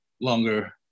longer